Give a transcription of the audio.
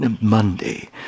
Monday